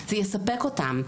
זה יספק אותם.